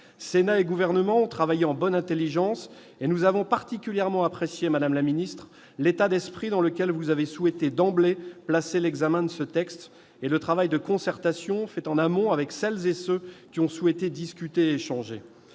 Sénat et Gouvernement ont travaillé en bonne intelligence, et nous avons particulièrement apprécié, madame la ministre, l'état d'esprit avec lequel vous avez souhaité, d'emblée, appréhender l'examen de ce texte. Nous nous félicitons également du travail de concertation effectué en amont avec celles et ceux qui ont souhaité discuter et échanger.